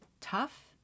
tough